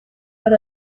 but